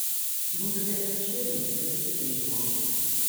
būtų gerai pašėrinti kad visi tai žinotų